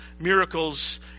miracles